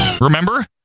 Remember